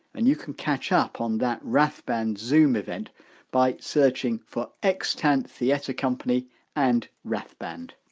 and you can catch up on that rathband zoom event by searching for extant theatre company and rathband